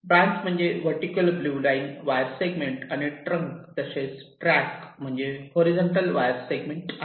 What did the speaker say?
branch म्हणजे vertical blue line wire segment आणि trunk तसेच ट्रॅक म्हणजे हॉरीझॉन्टल वायर सेगमेंट आहे